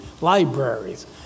libraries